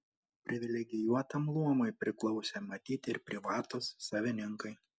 privilegijuotam luomui priklausė matyt ir privatūs savininkai